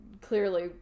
clearly